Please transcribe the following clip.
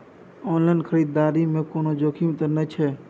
Online खरीददारी में कोनो जोखिम त नय छै?